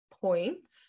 points